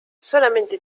solamente